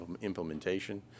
implementation